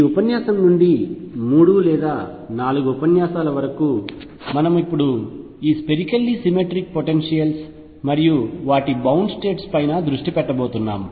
ఈ ఉపన్యాసం నుండి 3 లేదా 4 ఉపన్యాసాల వరకు మనము ఇప్పుడు ఈ స్పెరికల్లీ సిమెట్రిక్ పొటెన్షియల్స్ మరియు వాటి బౌండ్ స్టేట్స్ పైన దృష్టి పెట్టబోతున్నాం